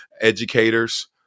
educators